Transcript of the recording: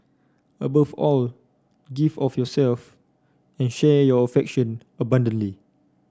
above all give of yourself and share your affectiona bundantly